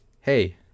hey